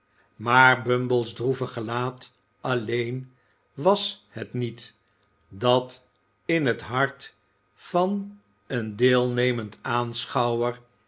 maar bumble's droevig gelaat alleen was het niet dat in het hart van een deelnemend aanschouwer